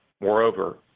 Moreover